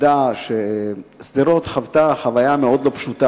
העובדה ששדרות חוותה חוויה מאוד לא פשוטה